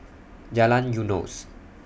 Jalan Eunos